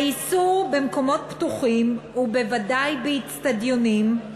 האיסור במקומות פתוחים, ובוודאי באיצטדיונים,